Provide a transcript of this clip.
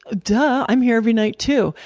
duh, i'm here every night, too.